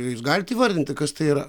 jūs galit įvardinti kas tai yra